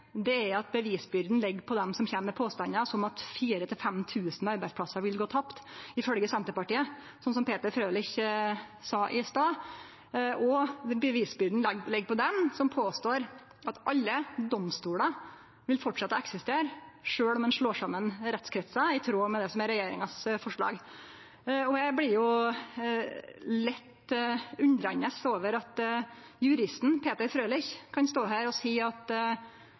at 4 000–5 000 arbeidsplassar vil gå tapt – som Peter Frølich sa i stad. Bevisbyrda ligg på dei som påstår at alle domstolar vil fortsetje å eksistere sjølv om ein slår saman rettskretsar, i tråd med det som er regjeringas forslag. Eg blir lett undrande over at juristen Peter Frølich kan stå her og seie at